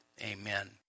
Amen